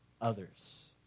others